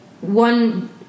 one